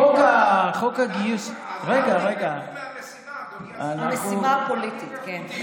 חוק הגיוס, רגע, משימה פוליטית, כן.